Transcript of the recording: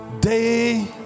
day